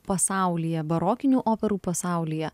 pasaulyje barokinių operų pasaulyje